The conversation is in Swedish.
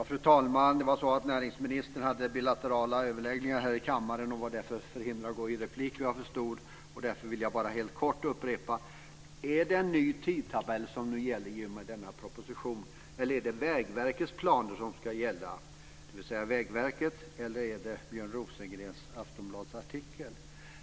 Fru talman! För det första: Näringsministern hade bilaterala överläggningar här i kammaren och var därför förhindrad att replikera. Därför vill jag bara helt kort upprepa frågan: Är det en ny tidtabell som gäller i och med denna proposition, eller är det Vägverkets planer som ska gälla - dvs. är det Vägverket eller Björn Rosengrens artikel i Aftonbladet som gäller?